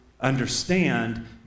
understand